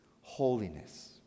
holiness